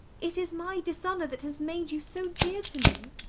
it is my dishonour that has made you so dear to me.